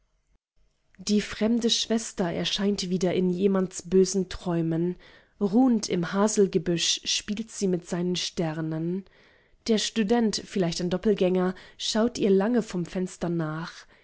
die fremde schwester erscheint wieder in jemands bösen träumen ruhend im haselgebüsch spielt sie mit seinen sternen der student vielleicht ein doppelgänger schaut ihr lange vom fenster nach